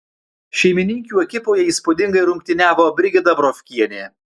šeimininkių ekipoje įspūdingai rungtyniavo brigita brovkienė